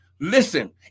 Listen